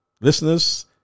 Listeners